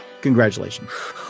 Congratulations